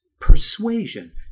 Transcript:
persuasion